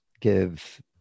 give